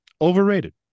overrated